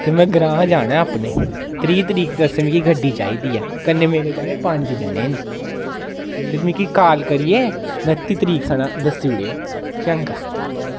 ते मै ग्रांऽ जाना ऐ अपने त्रीह् तरीक आस्तै मिगी गड्डी चाहिदी ऐ कन्नै मेरे कन्नै पंज जने न ते मिगी काल करियै नत्ती तरीक सना दस्सी ओड़ेओ चंगा